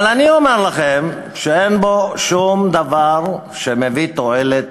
אבל אני אומר לכם שאין בו שום דבר שמביא תועלת